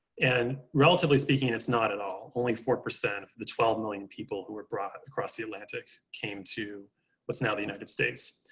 and relatively speaking, it's not at all. only four percent of the twelve million people who were brought across the atlantic came to what's now the united states.